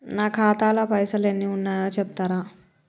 నా ఖాతా లా పైసల్ ఎన్ని ఉన్నాయో చెప్తరా?